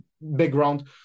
background